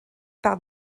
par